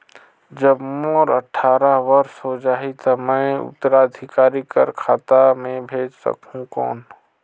जब मोर अट्ठारह वर्ष हो जाहि ता मैं उत्तराधिकारी कर खाता मे भेज सकहुं कौन?